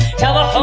tell